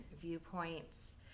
viewpoints